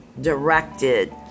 directed